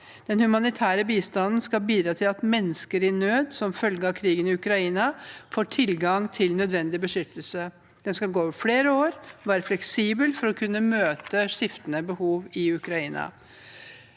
Den humanitære bistanden skal bidra til at mennesker i nød som følge av krigen i Ukraina, får tilgang til nødvendig beskyttelse. Den skal gå over flere år og være fleksibel for å kunne møte skiftende behov i Ukraina.